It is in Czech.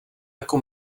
jako